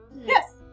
Yes